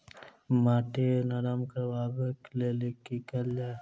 माटि नरम करबाक लेल की केल जाय?